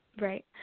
Right